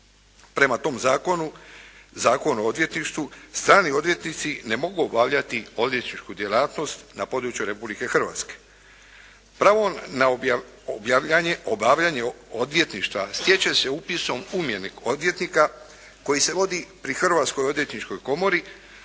Prema tom zakonu, Zakonu o odvjetništvu strani odvjetnici ne mogu obavljati odvjetničku djelatnost na području Republike Hrvatske. Pravo na obavljanje odvjetništva stječe se upisom u imenik odvjetnika koji se vodi pri Hrvatskoj odvjetničkoj komori